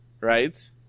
right